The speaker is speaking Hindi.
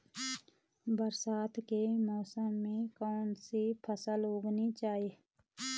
बरसात के मौसम में कौन सी फसल उगानी चाहिए?